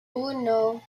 uno